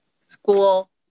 school